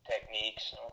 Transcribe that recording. techniques